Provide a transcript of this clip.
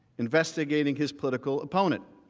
investigating his political opponent.